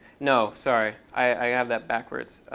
no, sorry. i have that backwards.